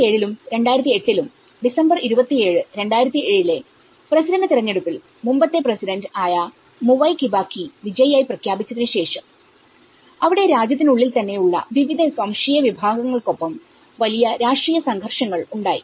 2007 ലും 2008 ലും ഡിസംബർ 272007 ലെ പ്രസിഡന്റ് തിരഞ്ഞെടുപ്പിൽ മുമ്പത്തെ പ്രസിഡന്റ് ആയ മുവൈ കിബാക്കി വിജയി ആയി പ്രഖ്യാപിച്ചതിന് ശേഷം അവിടെ രാജ്യത്തിനുള്ളിൽ തന്നെ ഉള്ള വിവിധ വംശീയ വിഭാഗങ്ങൾക്കൊപ്പം വലിയ രാഷ്ട്രീയ സംഘർഷങ്ങൾ ഉണ്ടായി